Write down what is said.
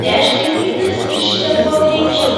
nešdinkitės iš čia kuo greičiau